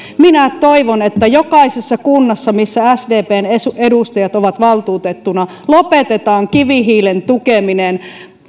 minä toivon että jokaisessa kunnassa missä sdpn edustajat ovat valtuutettuina lopetetaan kivihiilen tukeminen